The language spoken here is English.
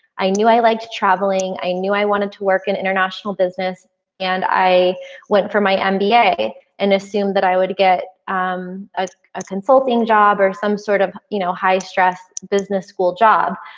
i knew i liked traveling. i knew i wanted to work in international business and i went for my mba and assumed that i would get um ah a consulting job or some sort of you know, high-stress business school job.